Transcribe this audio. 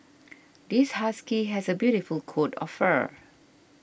this husky has a beautiful coat of fur